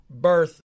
birth